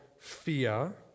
fear